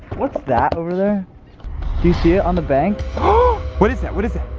what's that over there? do you see it on the bank? what is that, what is that?